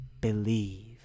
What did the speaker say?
believe